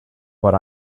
but